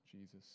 Jesus